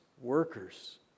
workers